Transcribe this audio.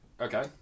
okay